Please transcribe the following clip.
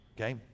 okay